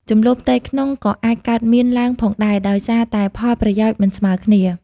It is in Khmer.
ជម្លោះផ្ទៃក្នុងក៏អាចកើតមានឡើងផងដែរ ដោយសារតែផលប្រយោជន៍មិនស្មើគ្នា។